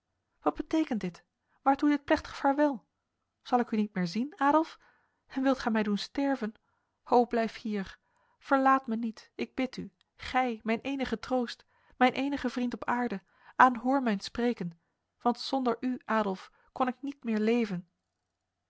wat betekent dit waartoe dit plechtig vaarwel zal ik u niet meer zien adolf en wilt gij mij doen sterven o blijf hier verlaat mij niet ik bid u gij mijn enige troost mijn enige vriend op aarde aanhoor mijn spreken want zonder u adolf kon ik niet meer leven